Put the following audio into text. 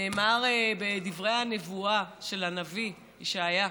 נאמר בדברי הנבואה של הנביא ישעיהו.